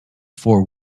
for